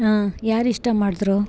ಹಾಂ ಯಾರಿಷ್ಟ ಮಾಡಿದ್ರು